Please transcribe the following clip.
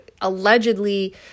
allegedly